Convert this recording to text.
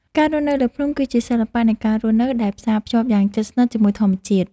ការរស់នៅលើភ្នំគឺជាសិល្បៈនៃការរស់នៅដែលផ្សារភ្ជាប់យ៉ាងជិតស្និទ្ធជាមួយធម្មជាតិ។